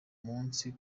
munsi